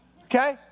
okay